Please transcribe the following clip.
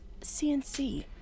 cnc